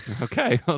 Okay